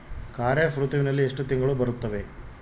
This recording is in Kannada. ಖಾರೇಫ್ ಋತುವಿನಲ್ಲಿ ಎಷ್ಟು ತಿಂಗಳು ಬರುತ್ತವೆ?